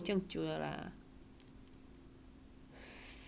三三四十年这样 lor